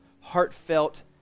heartfelt